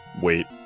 wait